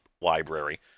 library